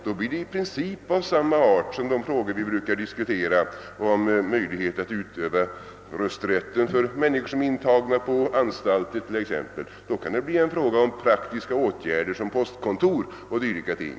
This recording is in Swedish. Då blir det i princip samma slags frågor som vi brukar diskutera när det gäller människor som exempelvis är intagna på anstalter, och då kan det bli fråga om praktiska åtgärder som har samband med postkontor och dylikt.